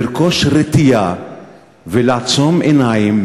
לרכוש רטייה ולעצום עיניים,